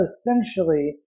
essentially